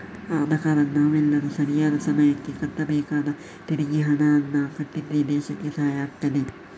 ಆದ ಕಾರಣ ನಾವೆಲ್ಲರೂ ಸರಿಯಾದ ಸಮಯಕ್ಕೆ ಕಟ್ಟಬೇಕಾದ ತೆರಿಗೆ ಹಣಾನ ಕಟ್ಟಿದ್ರೆ ದೇಶಕ್ಕೆ ಸಹಾಯ ಆಗ್ತದೆ